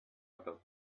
about